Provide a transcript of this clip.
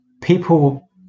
people